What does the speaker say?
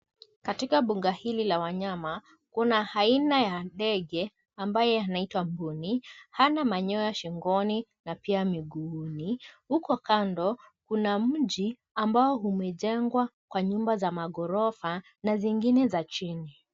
Katika bunga hili la wanyama kuna aina ya ndege ambaye anaitwa mbuni. Hana manyoya shingoni na pia miguuni. Huko kando kuna mji ambao umejengwa kwa nyumba za maghorofa na zingine za chini.